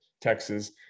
Texas